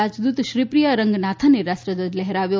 રાજદૂત શ્રીપ્રિયા રંગનાથને રાષ્ટ્રાધ્વજ લહેરાવ્યો